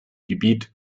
gebiet